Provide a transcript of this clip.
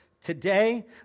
Today